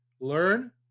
learn